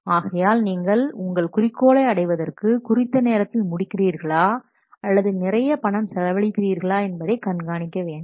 ஆகையால் நீங்கள் உங்கள் குறிக்கோளை அடைவதற்கு குறித்த நேரத்தில் முடிக்கிறீர்களா அல்லது நிறைய பணம் செலவழிக்கிறீர்களா என்பதை கண்காணிக்க வேண்டும்